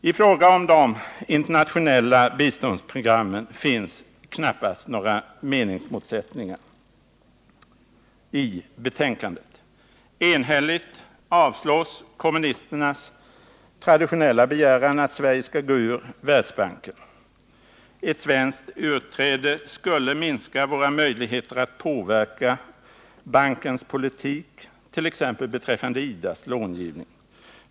I fråga om de internationella biståndsprogrammen finns knappast några meningsmotsättningar i betänkandet. Enhälligt avstyrks kommunisternas traditionella begäran att Sverige skall gå ur Världsbanken. Ett svenskt utträde skulle minska våra möjligheter att påverka bankens politik, t.ex. beträffande IDA:s långivning.